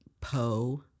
Poe